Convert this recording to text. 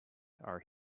are